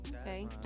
Okay